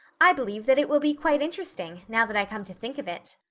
i believe that it will be quite interesting, now that i come to think of it.